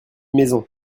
maison